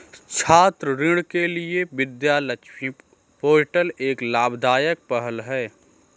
छात्र ऋण के लिए विद्या लक्ष्मी पोर्टल एक लाभदायक पहल है